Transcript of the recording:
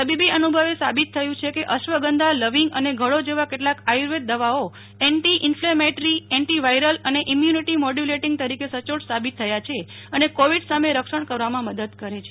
તબીબી અનુભવે સાબિત થયું છે કે અશ્વગંધા લવિંગ અને ગળો જેવા કેટલાક આયુર્વેદ દવાઓ એન્ટિ ઈન્ફલેમેટરી એન્ટિવાયરલ અને ઈમ્યુનિટી મોઢયુલેટીંગ તરીકે સચોટ સાબીત થયા છે અને કોવિડ સામે રક્ષણ કરવામાં મદદ કરે છે